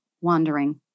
wandering